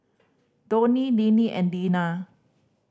Donnie Deanne and Lina